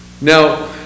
Now